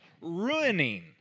ruining